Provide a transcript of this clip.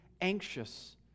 anxious